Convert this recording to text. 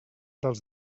dels